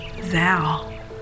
thou